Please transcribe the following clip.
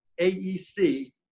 AEC